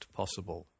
possible